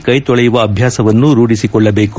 ಕೈ ತೊಳೆಯುವ ಅಭ್ಯಾಸವನ್ನು ರೂಡಿಸಿಕೊಳ್ಳಬೇಕು